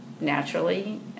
naturally